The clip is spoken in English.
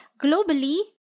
globally